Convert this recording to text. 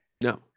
No